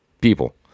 people